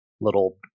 little